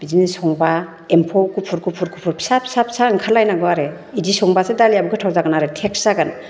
बिदिनो संबा एम्फौ गुफुर गुफुर गुफुर फिसा फिसा फिसा ओंखारलायनांगौ आरो बिदि संबासो दालियाबो गोथाव जागोन आरो टेस्त जागोन